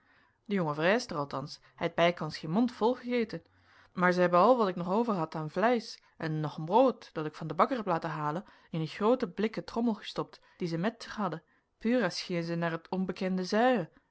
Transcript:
de jonge vrijster althans heit bijkans geen mond vol egeten maar zij hebben al wat ik nog overhad an vleisch en nog een brood dat ik van den bakker heb laten halen in een groote blikken trommel estopt die zij met zich hadden puur as gingen zij naar het onbekende zuien